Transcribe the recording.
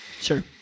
sure